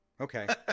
Okay